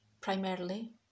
primarily